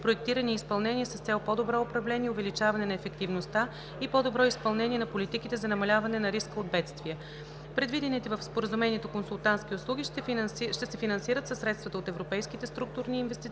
проектиране и изпълнение с цел по-добро управление, увеличаване на ефективността и по-добро изпълнение на политиките за намаляване на риска от бедствия. Предвидените в Споразумението консултантски услуги ще се финансират със средства от Европейските структурни и инвестиционни